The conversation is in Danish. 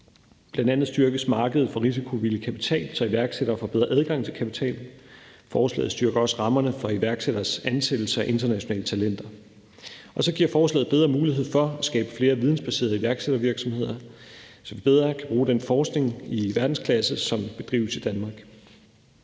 Bl.a. styrkes markedet for risikovillig kapital, så iværksættere får bedre adgang til kapital. Forslaget styrker også rammerne for iværksætteres ansættelse af internationale talenter. Og så giver forslaget bedre mulighed for at skabe flere vidensbaserede iværksættervirksomheder, så vi bedre kan bruge den forskning i verdensklasse, som bedrives i Danmark.